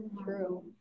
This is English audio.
true